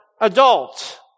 adult